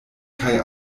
kaj